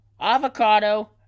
avocado